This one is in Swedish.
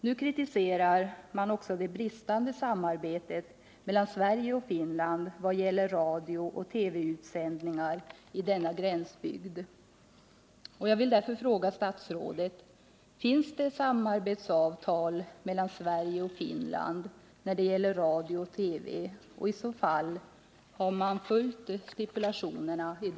Nu kritiserar man också det bristande samarbetet mellan Sverige och Finland vad gäller radiooch TV-utsändningar i denna gränsbygd.